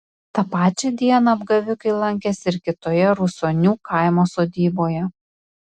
tą pačią dieną apgavikai lankėsi ir kitoje rusonių kaimo sodyboje